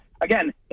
again